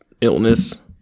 illness